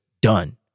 done